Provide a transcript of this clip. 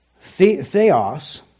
Theos